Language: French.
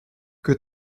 que